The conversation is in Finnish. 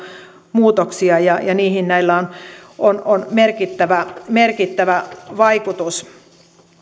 muutoksia ja ja niihin näillä on on merkittävä merkittävä vaikutus